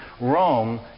Rome